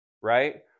right